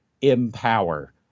Empower